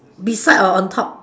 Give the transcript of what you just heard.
beside or on top